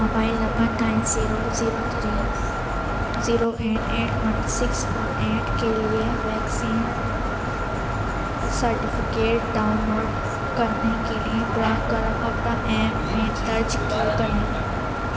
mobile number nine zero zero three zero eight eight one six four eight کے لیے vaccine certificate download کرنے کے لیے براہ کرم اپنا ایم پن درج کیا کریں